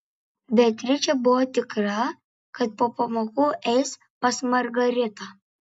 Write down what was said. beatričė buvo tikra kad po pamokų eis pas margaritą